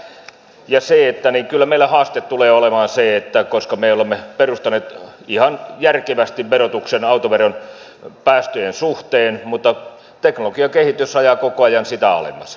ja kyllä meillä haaste tulee olemaan se että me olemme perustaneet ihan järkevästi autoveron päästöjen suhteen mutta teknologiakehitys ajaa koko ajan sitä alemmas